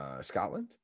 Scotland